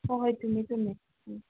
ꯍꯣꯏ ꯍꯣꯏ ꯆꯨꯝꯃꯦ ꯆꯨꯝꯃꯦ ꯎꯝ